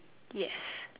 yes